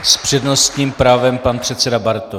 S přednostním právem pan předseda Bartoš.